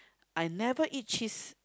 I never eat cheese